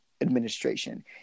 administration